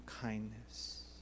kindness